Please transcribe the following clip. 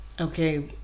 Okay